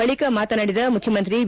ಬಳಕ ಮಾತನಾಡಿದ ಮುಖ್ಯಮಂತ್ರಿ ಬಿ